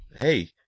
Hey